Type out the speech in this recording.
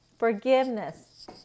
Forgiveness